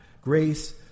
grace